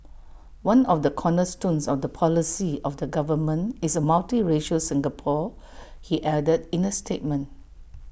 one of the cornerstones of the policy of the government is A multiracial Singapore he added in A statement